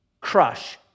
crush